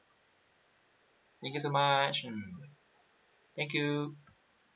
thank you so much um thank you